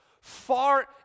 far